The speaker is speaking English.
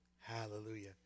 Hallelujah